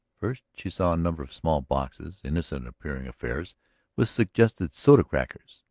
first she saw a number of small boxes, innocent appearing affairs which suggested soda-crackers.